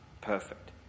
perfect